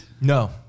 No